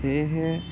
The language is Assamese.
সেয়েহে